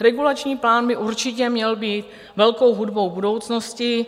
Regulační plán by určitě měl být velkou hudbou budoucnosti.